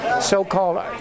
so-called